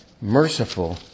merciful